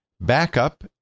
backup